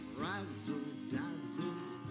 razzle-dazzle